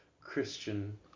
Christian